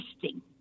testing